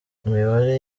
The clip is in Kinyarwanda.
imibare